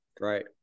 right